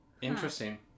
Interesting